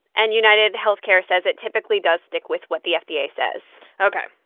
and unitedhealthcare says it typically does stick with what the fda yeah says ok.